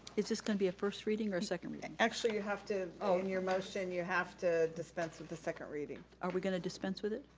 is this gonna be a first reading or a second reading? actually you have to, in your motion, you have to dispense with the second reading. are we gonna dispense with it?